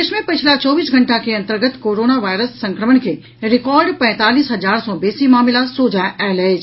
देश मे पछिला चौबीस घंटा के अन्तर्गत कोरोना वायरस संक्रमण के रिकॉर्ड पैंतालीस हजार सँ बेसी मामिला सोझा आयल अछि